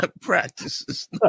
practices